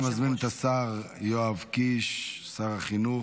אני מזמין את השר יואב קיש, שר החינוך,